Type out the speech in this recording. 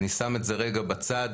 אני שם את זה רגע בצד.